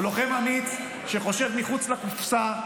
הוא לוחם אמיץ שחושב מחוץ לקופסה,